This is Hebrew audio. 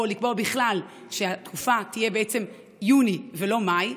או לקבוע בכלל שהתקופה תהיה בעצם ביוני ולא במאי,